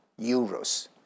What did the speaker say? euros